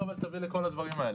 --- אבל תביא לכל הדברים האלה?